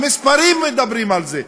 המספרים מדברים על זה,